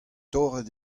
torret